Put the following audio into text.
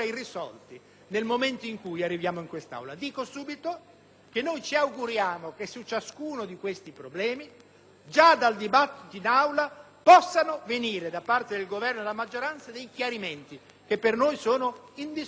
nel momento in cui arriviamo in quest'Aula. Dico subito che ci auguriamo che su ciascuno di questi problemi già dal dibattito in Aula possano venire da parte del Governo e della maggioranza chiarimenti per noi indispensabili